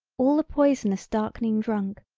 all the poisonous darkning drunk,